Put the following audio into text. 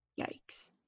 yikes